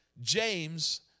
James